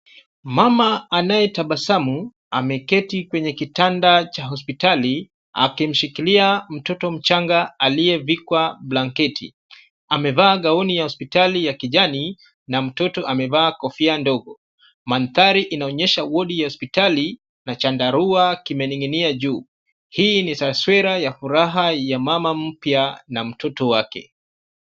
Mama anayetabasamu, ameketi kwenye kitanda cha hospitali akimshikilia mtoto mchanga aliyevikwa blanketi. Amevaa gauni ya hospitali ya kijani na mtoto amevaa kofia ndogo. Mandhari inaonyesha wodi ya hospitali na chandarua kimening'inia juu. Hili inaonyesha mama mpya na mtoto wake.